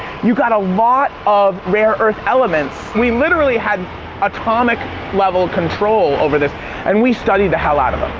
you got a lot of rare earth elements. we literally had atomic level control over this and we studied the hell out of them.